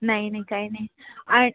नाही नाही काही नाही आ